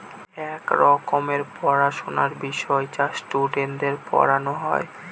এক রকমের পড়াশোনার বিষয় যা স্টুডেন্টদের পড়ানো হয়